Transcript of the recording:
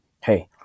Hey